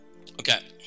Okay